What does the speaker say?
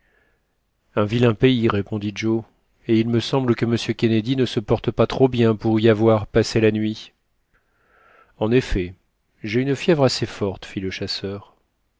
un vilain pays dit joe et il me semble que monsieur kennedy ne se porte pas bien pour y avoir passé la nuit en effet j'ai une fièvre assez forte fit le chasseur